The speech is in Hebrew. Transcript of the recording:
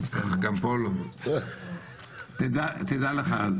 תדע לך,